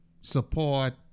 support